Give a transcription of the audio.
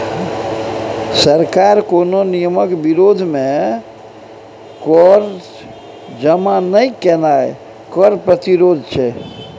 सरकार कोनो नियमक विरोध मे कर जमा नहि केनाय कर प्रतिरोध छै